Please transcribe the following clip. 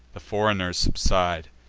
the foreigners subside.